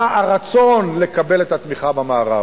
היה הרצון לקבל את התמיכה מהמערב.